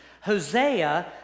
Hosea